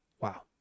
Wow